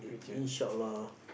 in shop lah